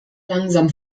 langsam